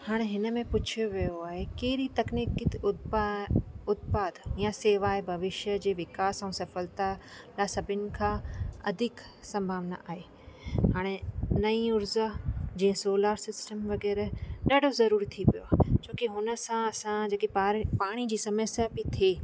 हाणे हिन में पुछियो वियो आहे कहिड़ी तकनीकी उत्पा उत्पाद या शेवा ऐं भविष्य जे विकास ऐं सफलता लाइ सभिनि खां अधिक संभावना आहे हाणे नईं ऊर्जा जे सोलर सिस्टम वग़ैरह ॾाढो ज़रूरी थी पियो आहे छोकी हुन सां असां जेकी पार पाणी जी समस्या बि थिए